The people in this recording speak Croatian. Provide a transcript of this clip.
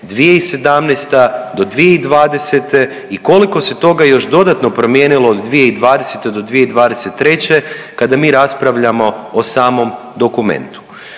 2017.-2020. i koliko se toga još dodano promijenilo od 2020.-2023. kada mi raspravljamo o samom dokumentu?